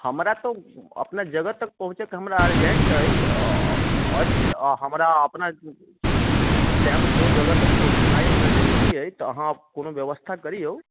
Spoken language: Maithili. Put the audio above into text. हमरा तऽ अपने जगह तक पहुँचैके हमरा अर्जेंट अइ अछि आओर हमरा अपना टाइमसँ जगह तक पहुँचनाय हमरा जरूरी अइ तऽ अहाँ कोनो व्यवस्था करियौ